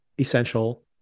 essential